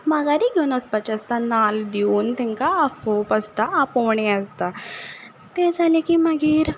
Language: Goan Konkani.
माघारी घेवन वचपाचें आसता नाल्ल दिवन तेंका आफोवप आसता आपोवणीं आसता तें जालें की मागीर